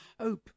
hope